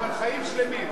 אבל חיים שלמים.